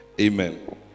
Amen